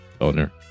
owner